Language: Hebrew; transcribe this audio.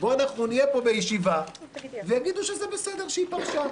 בו נהיה פה בישיבה ויגידו שזה בסדר שהיא פרשה,